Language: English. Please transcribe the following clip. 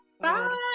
Bye